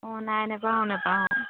অঁ নাই নাপাওঁ নাপাওঁ